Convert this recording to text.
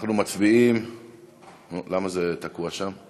אנחנו מצביעים, למה זה תקוע שם?